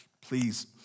please